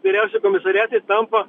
vyriausi komisariatai tampa